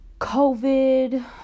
COVID